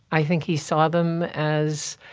i think he saw them as